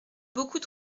beaucoup